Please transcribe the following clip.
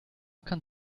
kann